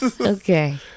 okay